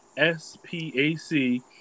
SPAC